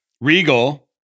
Regal